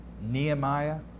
Nehemiah